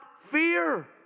fear